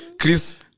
Chris